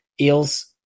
Eels